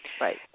Right